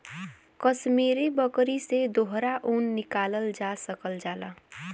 कसमीरी बकरी से दोहरा ऊन निकालल जा सकल जाला